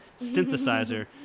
Synthesizer